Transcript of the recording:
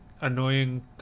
annoying